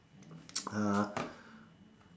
uh